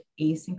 asynchronous